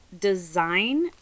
design